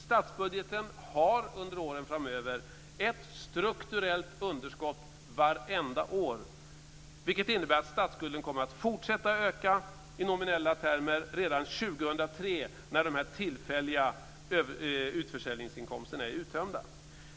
Statsbudgeten har under åren framöver ett strukturellt underskott vartenda år, vilket innebär att statsskulden kommer att fortsätta att öka i nominella termer redan år 2003 när de här tillfälliga utförsäljningsinkomsterna är uttömda.